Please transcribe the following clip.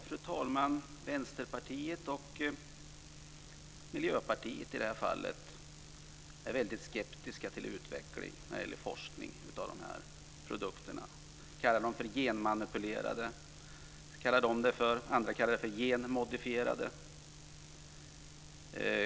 Fru talman! Vänsterpartiet och Miljöpartiet är väldigt skeptiska till utveckling av och forskning om dessa produkter. Ni kallar dem för genmanipulerade. Andra kallar dem för genmodifierade.